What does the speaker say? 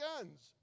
guns